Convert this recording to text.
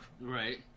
Right